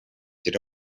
era